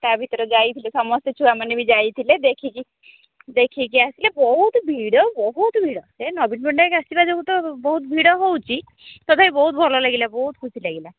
ତା' ଭିତରେ ଯାଇଥିଲେ ସମସ୍ତେ ଛୁଆମାନେ ବି ଯାଇଥିଲେ ଦେଖିକି ଦେଖିକି ଆସିଲେ ବହୁତ ଭିଡ଼ ବହୁତ ଭିଡ଼ ସେ ନବୀନ ପଟ୍ଟନାୟକ ଆସିବା ଯୋଗୁଁ ତ ବହୁତ ଭିଡ଼ ହେଉଛି ତଥାପି ବହୁତ ଭଲ ଲାଗିଲା ବହୁତ ଖୁସି ଲାଗିଲା